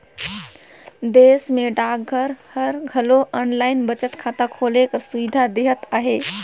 देस में डाकघर हर घलो आनलाईन बचत खाता खोले कर सुबिधा देहत अहे